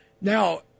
Now